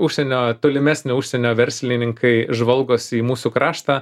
užsienio tolimesnio užsienio verslininkai žvalgosi į mūsų kraštą